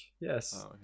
Yes